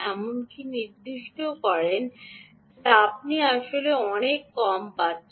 এমনটিও নির্দেশ করে না যে আপনি আসলে অনেক কম মান পাচ্ছেন